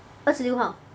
二十六号